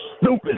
stupid